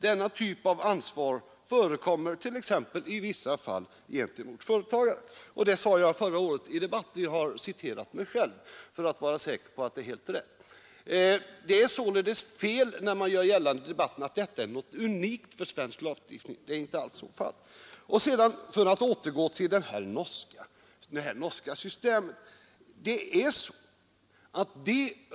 Denna typ av ansvar förekommer t.ex. i vissa fall gentemot företagare. Det sade jag i debatten förra året — jag har citerat mig själv för att vara säker på att det Det är således fel när man gör gällande i debatten att detta är något Torsdagen den unikt för svensk lagstiftning. Så är inte alls fallet. 1 mars 1973 För att sedan återgå till det norska systemet vill jag säga att de.